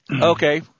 Okay